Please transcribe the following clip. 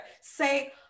say